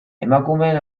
emakumeen